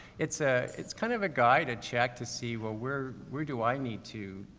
it's ah it's kind of a guide, a check to see, well where, where do i need to,